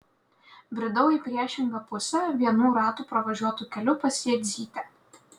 bridau į priešingą pusę vienų ratų pravažiuotu keliu pas jadzytę